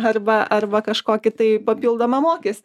arba arba kažkokį tai papildomą mokestį